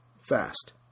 fast